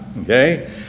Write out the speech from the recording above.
okay